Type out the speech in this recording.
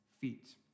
feet